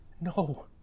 No